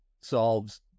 solves